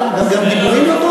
גם דיבורים לא טוב?